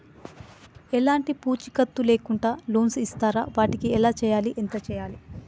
ఎలాంటి పూచీకత్తు లేకుండా లోన్స్ ఇస్తారా వాటికి ఎలా చేయాలి ఎంత చేయాలి?